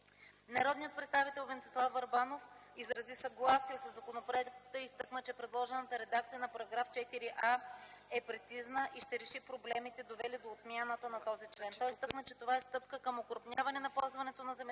Народният представител Венцислав Върбанов изрази съгласие със законопроекта и изтъкна, че предложената редакция на §4а е прецизна и ще реши проблемите, довели до отмяната на този член. Той изтъкна, че това е стъпка към окрупняване на ползването на земеделските